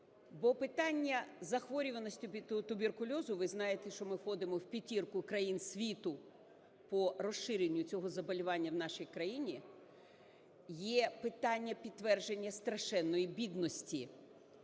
Бо питання захворюваності від туберкульозу, ви знаєте, що ми входимо в п'ятірку країн світу по розширенню цього заболевания в нашій країні, є питання підтвердження страшенної бідності.